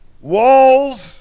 Walls